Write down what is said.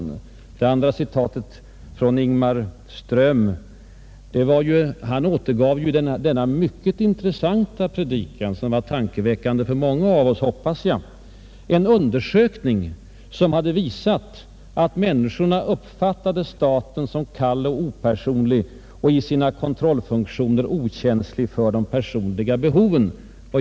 Vad det andra citatet från Ingmar Ström beträffar, återgav denne i sin mycket intressanta predikan, tankeväckande för många av oss, hoppas jag, en undersökning som visat att människorna uppfattade staten som ”kall och opersonlig och i sina kontrollfunktioner okänslig för de personliga behoven”.